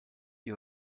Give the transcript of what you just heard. you